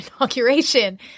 inauguration